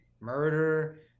murder